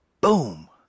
Boom